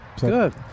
Good